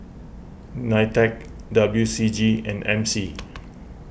Nitec W C G and M C